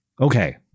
okay